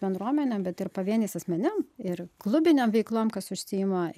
bendruomenėm bet ir pavieniais asmenim ir klubinėm veiklom kas užsiima